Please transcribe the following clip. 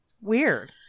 Weird